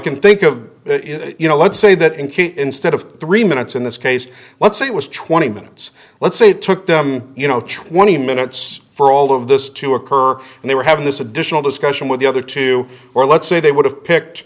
can think of you know let's say that and instead of three minutes in this case let's say it was twenty minutes let's say it took them you know twenty minutes for all of this to occur and they were having this additional discussion with the other two or let's say they would have picked